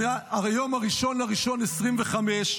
היום 1 בינואר 2025,